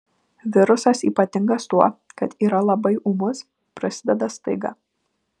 virusas ypatingas tuo kad yra labai ūmus prasideda staiga